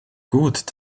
gut